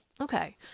Okay